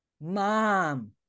mom